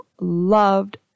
loved